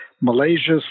Malaysia